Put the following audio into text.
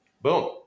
Boom